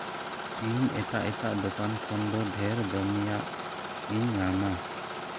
ᱤᱧ ᱮᱴᱟᱜ ᱮᱴᱟᱜ ᱫᱚᱠᱟᱱ ᱠᱷᱚᱱ ᱫᱚ ᱰᱷᱮᱨ ᱫᱟᱹᱢᱤᱭᱟᱜ ᱤᱧ ᱧᱟᱢᱟ